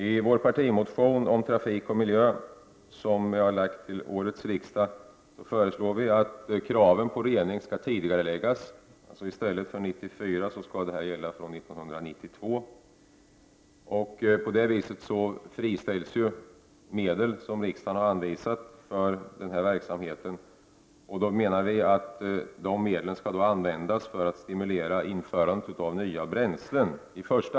I vår partimotion om trafik och miljö till årets riksdag föreslår vi att kraven på rening skall tidigareläggas, alltså gälla från 1992 i stället för från 1994. På det viset friställs medel som riksdagen har anvisat för förtida utbyten, och då menar vi att de medlen i stället i första hand skall användas för att stimulera införandet av nya bränslen.